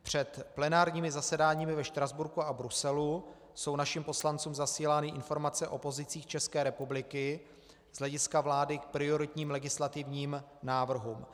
Před plenárními zasedáními ve Štrasburku a Bruselu jsou našim poslancům zasílány informace o pozicích České republiky z hlediska vlády k prioritním legislativním návrhům.